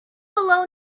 below